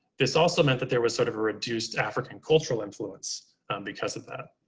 this also meant that there was sort of a reduced african cultural influence because of that.